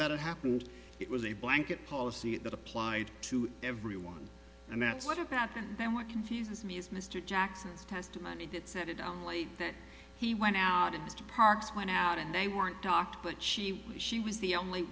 that happened it was a blanket policy that applied to everyone and that's what about and then what confuses me is mr jackson's testimony that set it down like that he went out of his to parks went out and they weren't docked but she was she was the only